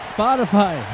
Spotify